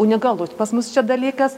unikalus pas mus čia dalykas